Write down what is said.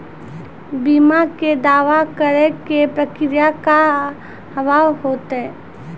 बीमा के दावा करे के प्रक्रिया का हाव हई?